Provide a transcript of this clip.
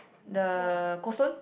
the Coldstone